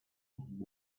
and